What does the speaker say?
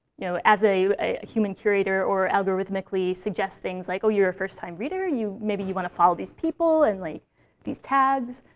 you know as a a human curator or algorithmically, suggest things, like, oh, you're a first-time reader? maybe you want to follow these people and like these tags.